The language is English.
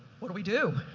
what do we do?